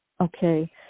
okay